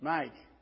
Mike